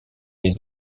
les